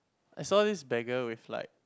I saw this beggar with like